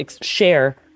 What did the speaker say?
share